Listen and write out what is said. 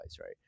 right